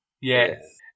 Yes